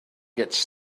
gets